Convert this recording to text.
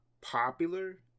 popular